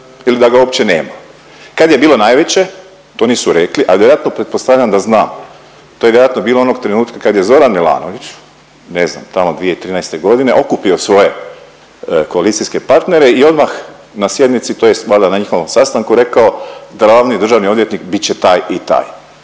ili da ga uopće nema. Kad je bilo najveće, to nisu rekli, a vjerojatno pretpostavljam da znam, to je vjerojatno bilo onog trenutka kad je Zoran Milanović, ne znam tamo 2013.g. okupio svoje koalicijske partnere i odmah na sjednici tj. valjda na njihovom sastanku rekao glavni državni odvjetnik bit će taj i taj,